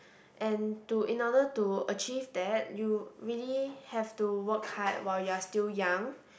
and to in order to achieve that you really have to work hard while you are still young